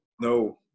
No